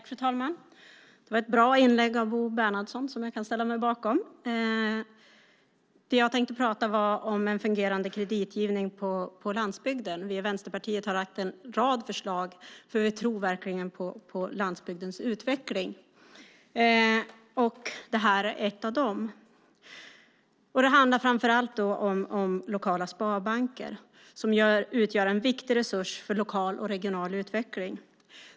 Fru talman! Det var ett bra inlägg av Bo Bernhardsson, som jag kan ställa mig bakom. Jag tänker prata om en fungerande kreditgivning på landsbygden. Vi i Vänsterpartiet har lagt fram en rad förslag om detta, för vi tror verkligen på landsbygdens utveckling. Detta är ett av förslagen. Det handlar framför allt om lokala sparbanker, som utgör en viktig resurs för lokal och regional utveckling.